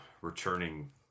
returning